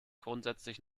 grundsätzlich